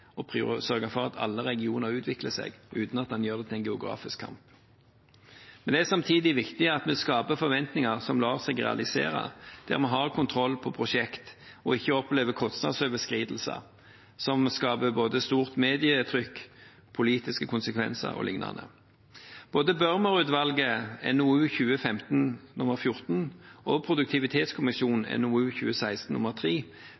prosjekter og sørge for at alle regioner utvikler seg, uten at en gjør det til en geografisk kamp. Men det er samtidig viktig at vi skaper forventninger som lar seg realisere, der vi har kontroll på prosjektene og ikke opplever kostnadsoverskridelser som skaper både stort medietrykk, politiske konsekvenser o.l. Både Børmer-utvalget, NOU 2015:14, og